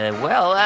and well,